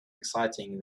exciting